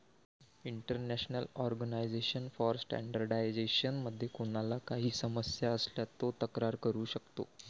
international organization for standardization मध्ये कोणाला काही समस्या असल्यास तो तक्रार करू शकतो